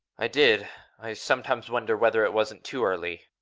i did. i sometimes wonder whether it wasn't too early.